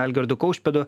algirdu kaušpėdu